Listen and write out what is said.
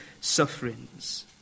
sufferings